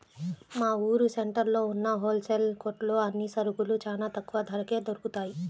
మా ఊరు సెంటర్లో ఉన్న హోల్ సేల్ కొట్లో అన్ని సరుకులూ చానా తక్కువ ధరకే దొరుకుతయ్